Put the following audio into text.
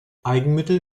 eigenmittel